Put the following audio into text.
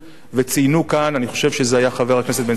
וציינו כאן, אני חושב שזה היה חבר הכנסת בן-סימון,